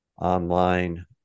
online